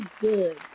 good